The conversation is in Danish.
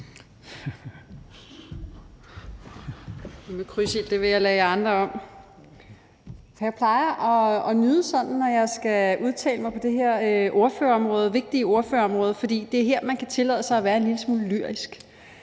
Jeg plejer at nyde, når jeg skal udtale mig på det her vigtige ordførerområde, for det er her, man kan tillade sig at være en lille smule lyrisk.